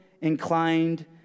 inclined